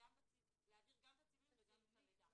בצילומים להעביר גם את הצילומים וגם את המידע,